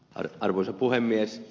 arvoisa puhemies